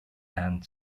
and